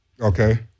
Okay